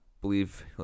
believe